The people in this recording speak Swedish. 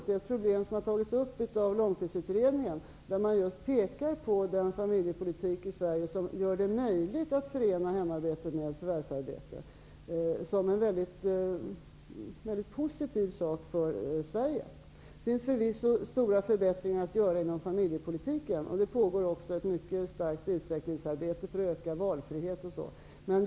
Det är ett problem som har tagits upp av Långtidsutredningen, där man just pekar på den familjepolitik som gör det möjligt att förena hemarbete med förvärvsarbete som en mycket positiv sak för Sverige. Det finns förvisso stora förbättringar att göra inom familjepolitiken. Det pågår också ett mycket starkt utvecklingsarbete för att bl.a. öka valfriheten.